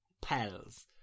Pals